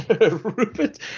Rupert